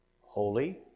Holy